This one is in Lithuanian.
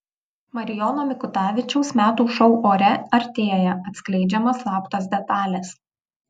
marijono mikutavičiaus metų šou ore artėja atskleidžiamos slaptos detalės